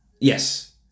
Yes